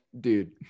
dude